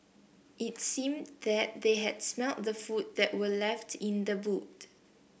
it seemed that they had smelt the food that were left in the boot